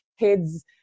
kids